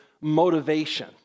motivation